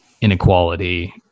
inequality